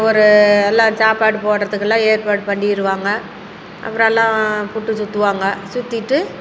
ஒரு எல்லாம் சாப்பாடு போடுறதுக்கெல்லாம் ஏற்பாடு பண்ணிடுவாங்க அப்புறம் எல்லாம் புட்டு சுற்றுவாங்க சுத்திட்டு